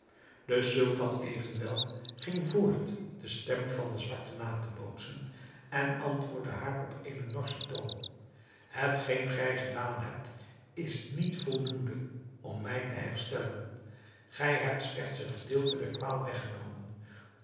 de sultan evenwel ging voort de stem van den zwarte na te bootsen en antwoordde haar op een norschen toon hetgeen gij gedaan hebt is niet voldoende om mij te herstellen gij hebt slechts een gedeelte der kwaal weggenomen